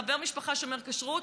חבר משפחה שומר כשרות,